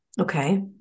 Okay